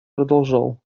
продолжал